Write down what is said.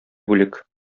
бүлек